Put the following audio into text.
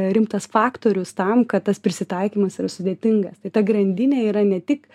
rimtas faktorius tam kad tas prisitaikymas yra sudėtingas tai ta grandinė yra ne tik